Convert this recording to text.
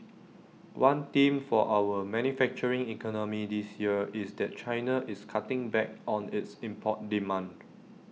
one theme for our manufacturing economy this year is that China is cutting back on its import demand